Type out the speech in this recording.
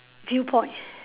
viewpoint